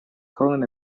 colin